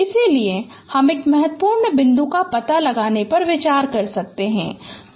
इसलिए हम एक महत्वपूर्ण बिंदु का पता लगाने पर विचार कर सकते हैं